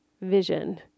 vision